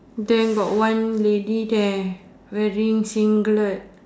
then got one lady there wearing singlet